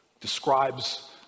describes